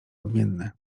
odmienny